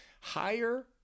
Higher